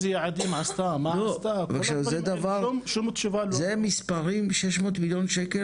זה מספרים, 600,000,000 שקל.